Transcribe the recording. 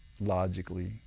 logically